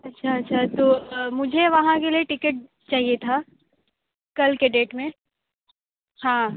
अच्छा अच्छा तो मुझे वहाँ के लिए टिकट चाहिए था कल के डेट में हाँ